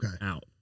out